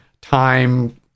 time